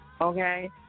Okay